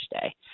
day